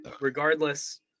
regardless